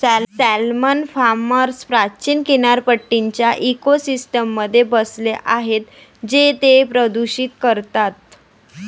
salmon farms प्राचीन किनारपट्टीच्या इकोसिस्टममध्ये बसले आहेत जे ते प्रदूषित करतात